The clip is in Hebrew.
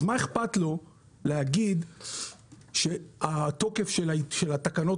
מה אכפת לו להגיד שהתוקף של התקנות